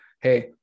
hey